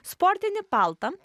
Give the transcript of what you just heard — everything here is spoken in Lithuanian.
sportinį paltą